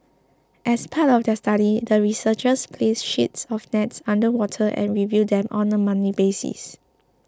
as part of their study the researchers placed sheets of nets underwater and reviewed them on a monthly basis